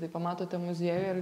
tai pamatote muziejuje ir